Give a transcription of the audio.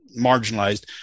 marginalized